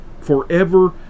forever